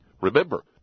Remember